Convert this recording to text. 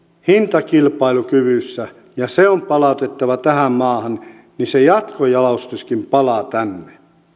hintakilpailukyvyssä ja se on palautettava tähän maahan niin se jatkojalostuskin palaa tänne